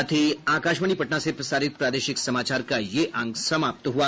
इसके साथ ही आकाशवाणी पटना से प्रसारित प्रादेशिक समाचार का ये अंक समाप्त हुआ